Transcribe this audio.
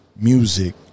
music